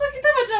so kita macam